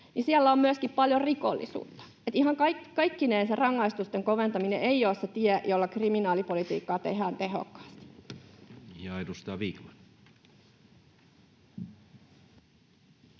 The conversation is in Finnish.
on myöskin paljon rikollisuutta, eli ihan kaikkineen se rangaistusten koventaminen ei ole se tie, jolla kriminaalipolitiikkaa tehdään tehokkaasti. Edustaja